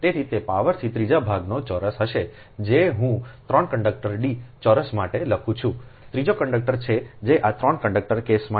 તેથી તે પાવરથી ત્રીજા ભાગનો ચોરસ હશે જે હું 3 કન્ડક્ટર D ચોરસ માટે લખું છું તે ત્રીજા છે જે આ 3 કંડક્ટર કેસ માટે છે